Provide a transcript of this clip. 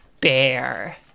bear